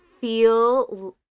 feel